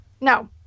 no